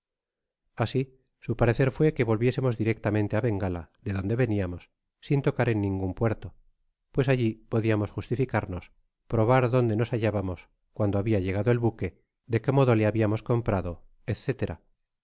asi su parecer fué que volviésemos directamente á bengala de donde veniamos sin tocar en ningun puerto pues alli podiamos justificarnos probar dónde nos hallábamos cuando habia llegado el buque de qué modo le habiamos comprado